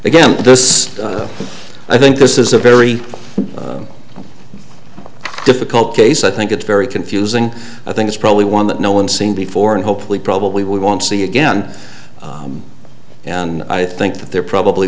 again this i think this is a very difficult case i think it's very confusing i think it's probably one that no one seen before and hopefully probably we won't see again and i think that there probably